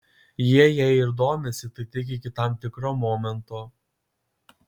jie jei ir domisi tai tik iki tam tikro momento